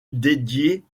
dédiée